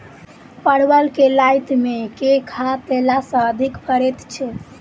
परवल केँ लाती मे केँ खाद्य देला सँ अधिक फरैत छै?